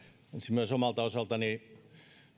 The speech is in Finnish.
myös omalta osaltani